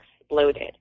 exploded